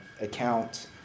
account